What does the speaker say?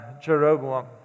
Jeroboam